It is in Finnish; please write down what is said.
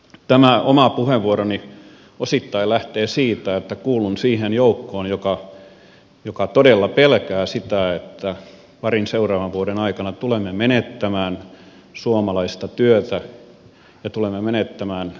tämä oma puheenvuoroni osittain lähtee siitä että kuulun siihen joukkoon joka todella pelkää sitä että parin seuraavan vuoden aikana tulemme menettämään suomalaista työtä ja merkittävästi veropohjaa